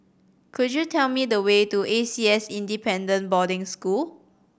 could you tell me the way to A C S Independent Boarding School